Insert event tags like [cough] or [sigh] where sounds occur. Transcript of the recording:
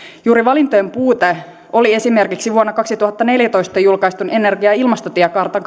juuri valintojen puute oli esimerkiksi vuonna kaksituhattaneljätoista julkaistun energia ja ilmastotiekartta [unintelligible]